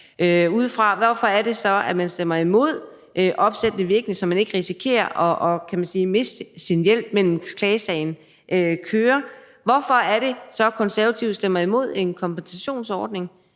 udefra? Hvorfor er det så, at Konservative stemmer imod opsættende virkning, så man ikke risikerer at miste sin hjælp, mens klagesagen kører? Hvorfor er det så, at Konservative stemmer imod en kompensationsordning?